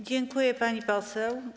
Dziękuję, pani poseł.